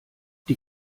die